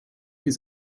his